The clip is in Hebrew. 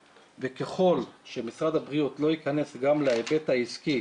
וככל שמרד הבריאות לא יכנס גם להיבט העסקי